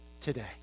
today